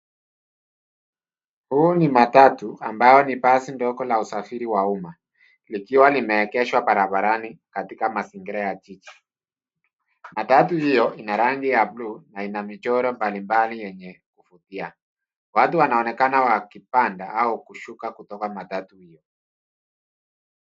Huu ni matatu ambao ni basi ndogo la usafiri wa umma likiwa limeegeshwa barabarani katika mazingira ya jiji. Matatu hio ina rangi ya buluu na ina michoro mbalimbali yenye kuvutia. Watu wanaonekana wakipanda au kushuka kutoka matatu hio.